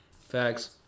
Facts